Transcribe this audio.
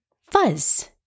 fuzz